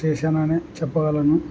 చేశాను అనే చెప్పగలను